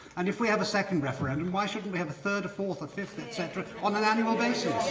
and if we have a second referendum, why shouldn't we have a third, a fourth, a fifth, et cetera on an annual basis?